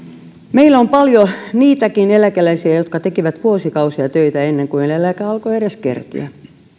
meillä on paljon niitäkin eläkeläisiä jotka tekivät vuosikausia töitä ennen kuin eläke alkoi edes kertyä